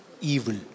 evil